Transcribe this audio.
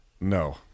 No